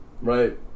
right